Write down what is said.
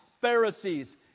Pharisees